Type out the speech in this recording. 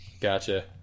Gotcha